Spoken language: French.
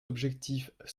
objectif